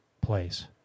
place